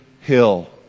hill